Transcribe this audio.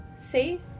see